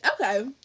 Okay